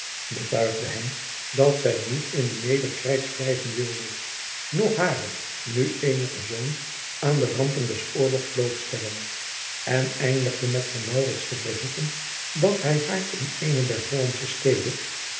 betuigde hem dat zij niet in de nederkreits blijven wilde noch haren nu eenigen zoon aan de rampen des oorlogs blootstellen en eindigde met van maurits te verzoeken dat hij haar in eene der hollandsche steden